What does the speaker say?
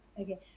Okay